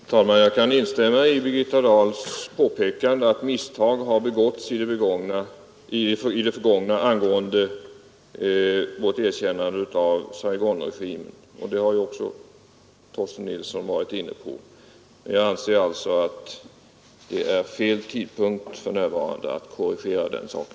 Herr talman! Jag kan instämma i Birgitta Dahls påpekande att misstag har begåtts i det förgångna angående vårt erkännande av Saigonregimen det har ju också Torsten Nilsson varit inne på. Men jag anser som sagt att det nu är fel tidpunkt att korrigera den saken.